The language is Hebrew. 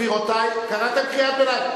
קראתם קריאות ביניים.